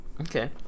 okay